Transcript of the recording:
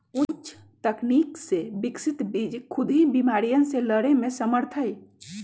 उच्च तकनीक से विकसित बीज खुद ही बिमारियन से लड़े में समर्थ हई